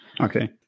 Okay